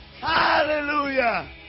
Hallelujah